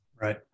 Right